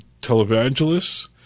televangelists